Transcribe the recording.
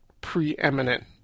preeminent